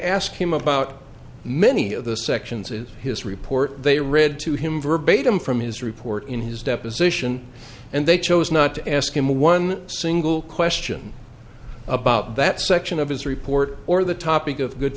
ask him about many of the sections of his report they read to him verbatim from his report in his deposition and they chose not to ask him one single question about that section of his report or the topic of good